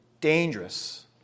dangerous